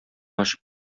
ачып